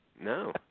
No